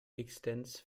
extends